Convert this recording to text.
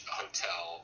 hotel